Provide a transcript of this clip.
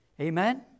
Amen